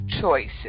choices